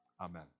amen